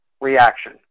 reaction